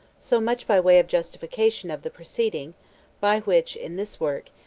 so much by way of justification of the proceeding by which, in this work,